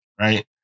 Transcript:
right